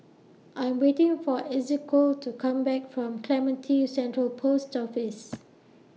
I Am waiting For Ezequiel to Come Back from Clementi Central Post Office